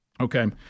okay